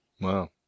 Wow